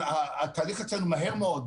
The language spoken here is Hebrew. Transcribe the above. התהליך אצלנו מהיר מאוד.